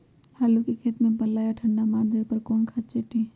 आलू के खेत में पल्ला या ठंडा मार देवे पर कौन खाद छींटी?